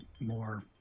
more